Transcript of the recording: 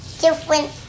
different